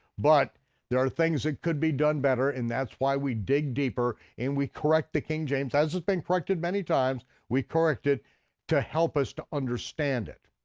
but there are things that could be done better, and that's why we dig deeper and we correct the king james, as it's been corrected many times, we correct it to help us to understand it.